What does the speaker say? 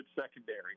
secondary